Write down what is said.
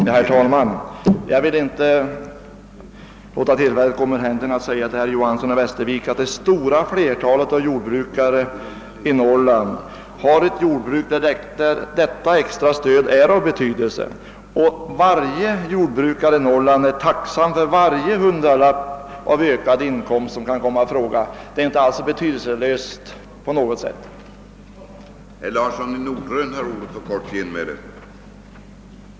Herr talman! Jag vill inte låta tillfället gå mig ur händerna att till Herr Johanson i Västervik säga att det stora flertalet jordbrukare i Norrland driver sådana jordbruk där detta extra stöd är av betydelse. Varje jordbrukare i Norrland är tacksam för varje hundralapp i ökad inkomst som kan komma i fråga — ett sådant stöd är inte på något sätt betydelselöst.